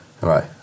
Right